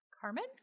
Carmen